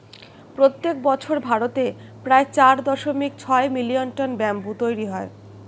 প্রত্যেক বছর ভারতে প্রায় চার দশমিক ছয় মিলিয়ন টন ব্যাম্বু তৈরী হয়